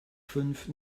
fünf